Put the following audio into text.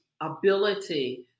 ability